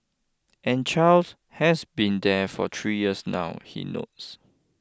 and Charles has been there for three years now he notes